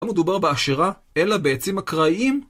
לא מדובר באשרה, אלא בעצים אקראיים.